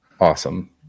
awesome